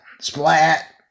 splat